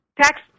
tax